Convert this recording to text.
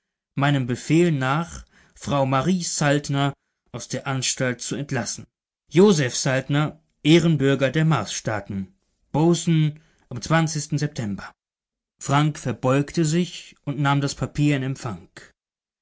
meinem befehl nach frau marie saltner aus der anstalt zu entlassen josef saltner ehrenbürger der marsstaaten bozen am september frank verbeugte sich und nahm das papier in empfang